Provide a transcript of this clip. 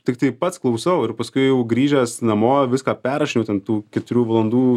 tiktai pats klausau ir paskui jau grįžęs namo viską perrašiau ten tų keturių valandų